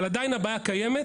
אבל עדיין הבעיה קיימת.